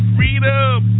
Freedom